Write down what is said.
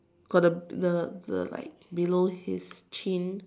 got the the the like below his chin